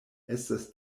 estas